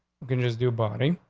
could just do body